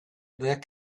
their